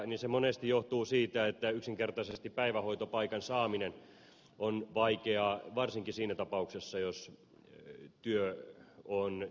se monesti johtuu siitä että yksinkertaisesti päivähoitopaikan saaminen on vaikeaa varsinkin siinä tapauksessa jos työ on tilapäistä